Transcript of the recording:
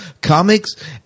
comics